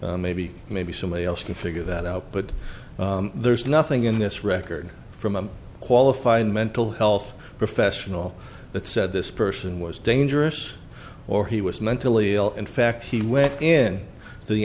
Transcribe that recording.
maybe maybe somebody else can figure that out but there's nothing in this record from a qualified mental health professional that said this person was dangerous or he was mentally ill in fact he went in the